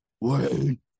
Wayne